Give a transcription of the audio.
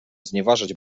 znieważać